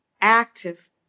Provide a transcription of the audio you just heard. active